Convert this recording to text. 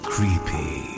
Creepy